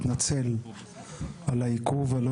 אני מבקש לשוב ולהתנצל על העיכוב הלא